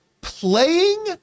playing